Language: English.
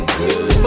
good